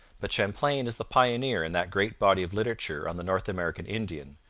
but champlain is the pioneer in that great body of literature on the north american indian,